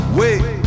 wait